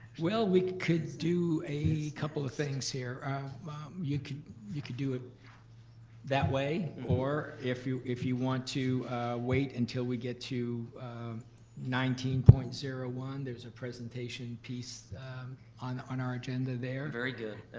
well, we could do a couple of things here. you could you could do it that way, or if you if you want to wait until we get to nineteen point zero one, there's a presentation piece on on our agenda there. very good,